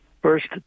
First